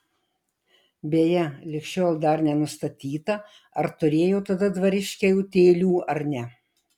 beje lig šiol dar nenustatyta ar turėjo tada dvariškiai utėlių ar ne